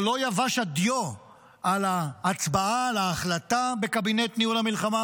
לא יבש הדיו על ההצבעה על ההחלטה בקבינט ניהול המלחמה